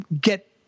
get